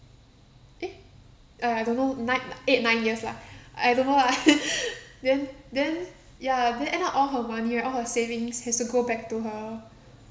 eh uh I don't know nine lah eight nine years lah I don't know lah then then ya then end up all her money right all her savings has to go back to her